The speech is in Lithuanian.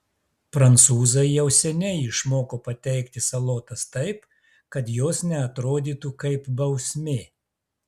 prancūzai jau seniai išmoko pateikti salotas taip kad jos neatrodytų kaip bausmė